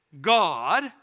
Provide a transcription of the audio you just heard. God